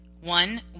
one